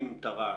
עם תר"ש,